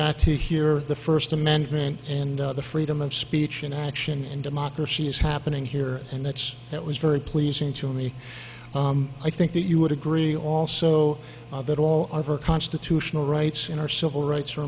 got to hear the first amendment and the freedom of speech in action and democracy is happening here and that's that was very pleasing to me i think that you would agree also that all of our constitutional rights in our civil rights are